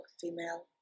female